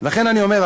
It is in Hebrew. על כן אני אומר,